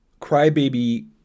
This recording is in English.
crybaby